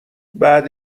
بعد